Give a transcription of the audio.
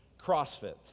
CrossFit